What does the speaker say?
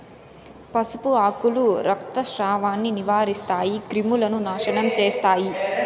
పసుపు ఆకులు రక్తస్రావాన్ని నివారిస్తాయి, క్రిములను నాశనం చేస్తాయి